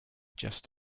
just